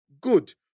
good